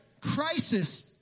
Crisis